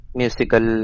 musical